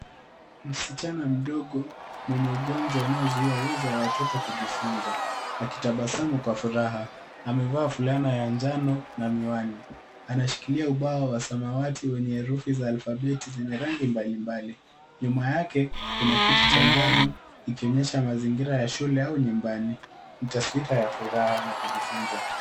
Msichana mdogo mwenye ugonjwa unaozuia uwezo wa watoto kujifunza akitabasamu kwa furaha, amevaa fulana ya njano na miwani, anashikilia ubao wa samawati wenye herufi za alfabeti zenye rangi mbalimbali. Nyuma yake kuna kiti cha njano ikionyesha mazingira ya shule au nyumbani. Ni taswira ya furaha na kujifunza.